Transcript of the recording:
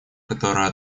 которая